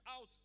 out